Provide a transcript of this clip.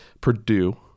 purdue